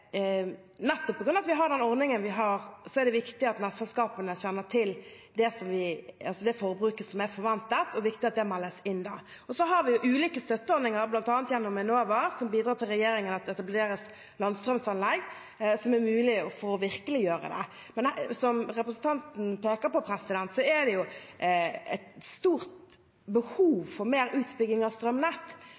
nettselskapene kjenner til det forbruket som er forventet, og det er viktig at det meldes inn. Vi har jo ulike støtteordninger, bl.a. gjennom Enova, som bidrar til at det etableres landstrømanlegg, som er det som gjør det mulig å virkeliggjøre dette. Som representanten peker på, er det et stort behov for mer utbygging av strømnett,